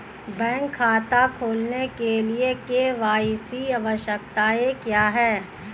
Bank खाता खोलने के लिए के.वाई.सी आवश्यकताएं क्या हैं?